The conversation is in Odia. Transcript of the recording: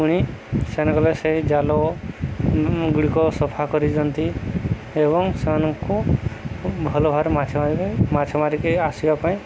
ପୁଣି ସେନେ ଗଲେ ସେଇ ଜାଲ ଗୁଡ଼ିକ ସଫା କରିଦନ୍ତି ଏବଂ ସେମାନଙ୍କୁ ଭଲ ଭାବରେ ମାଛ ମାରିବା ପାଇଁ ମାଛ ମାରିକି ଆସିବା ପାଇଁ